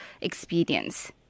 experience